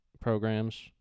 programs